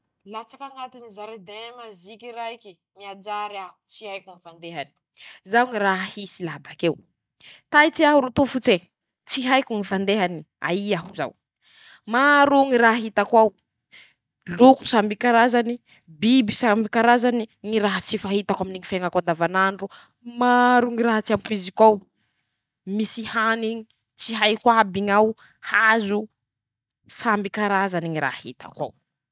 Latsaky añatiny jardin maziky raiky ,miajary a tsy haiko ñy fandehany ;izao ñy raha hisy laha bakeo: -Taitsy aho ro tofotse tsy haiko ñy fandehany "aia aho zao "maro ñy raha hitako ao ,loko samby karazany ,biby samby karazany ,ñy raha tsy fahitako aminy ñy fiaiñako an-davanandro ,maaaaro ñy raha tsy ampoiziko ao ,misy hany ,tsy haiko aby ñ'ao ,hazo, samby karazany ñy raha hitako ao.